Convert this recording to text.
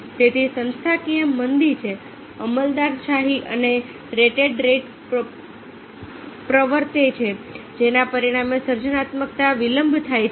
તેથી સંસ્થાકીય મંદી છે અમલદારશાહી છે અને રેટેડ રેટ પ્રવર્તે છે જેના પરિણામે સર્જનાત્મકતામાં વિલંબ થાય છે